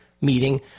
meeting